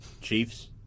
Chiefs